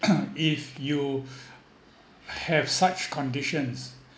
if you have such conditions